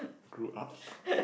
grew up